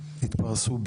התפרסו,